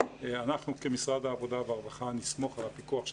אנחנו כמשרד העבודה והרווחה נסמוך על הפיקוח של